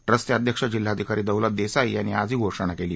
ट्रस्टचे अध्यक्ष जिल्हाधिकारी दौलत देसाई यांनी आज ही घोषणा केली